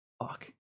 fuck